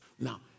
Now